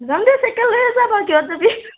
যাম দে